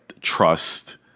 trust